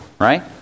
right